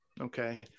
Okay